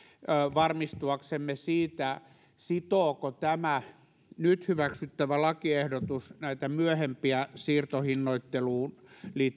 varmistuaksemme siitä sitooko tämä nyt hyväksyttävä lakiehdotus näitä myöhempiä siirtohinnoitteluun